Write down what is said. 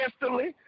instantly